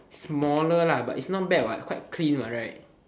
smaller lah but it's not bad what quite clean what right